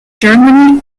germany